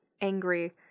angry